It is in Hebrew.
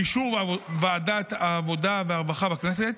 באישור ועדת העבודה והרווחה בכנסת,